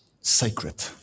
sacred